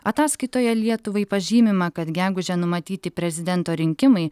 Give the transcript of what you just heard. ataskaitoje lietuvai pažymima kad gegužę numatyti prezidento rinkimai